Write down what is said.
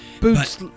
boots